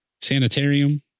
sanitarium